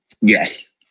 Yes